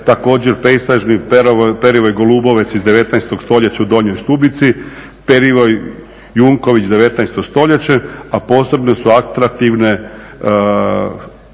također pejzažni perivoj Goluboveć iz 19. stoljeća u Donjoj Stubici, perivoj Junković 19. stoljeće a posebno su atraktivne